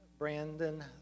Brandon